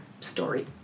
story